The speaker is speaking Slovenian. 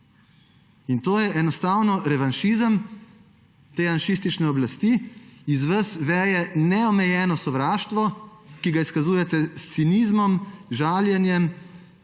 In to je enostavno revanšizem te janšistične oblasti. Iz vas veje neomejeno sovraštvo, ki ga izkazujete s cinizmom, žaljenjem